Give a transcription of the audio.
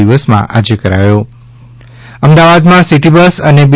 દિવસમાં આજે કરાયો અમદાવાદમાં સિટી બસ અને બી